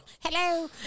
Hello